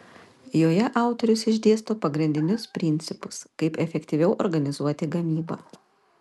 joje autorius išdėsto pagrindinius principus kaip efektyviau organizuoti gamybą